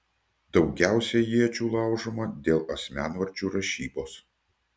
daugiausiai iečių laužoma dėl asmenvardžių rašybos